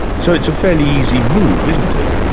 so it's a fairly easy move, isn't it?